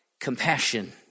compassion